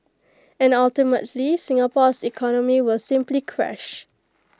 and ultimately Singapore's economy will simply crash